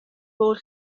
bod